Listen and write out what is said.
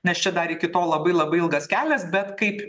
nes čia dar iki tol labai labai ilgas kelias bet kaip